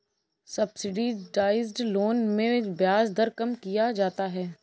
subsidised loan में ब्याज दर कम किया जाता है